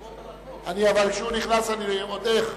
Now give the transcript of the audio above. אבל כשהוא נכנס, אני ועוד איך.